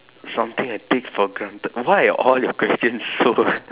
something I take for granted why are all your questions so